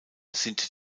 sind